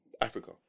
Africa